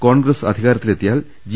കോൺഗ്രസ് അധികാരത്തിലെത്തിയാൽ ജി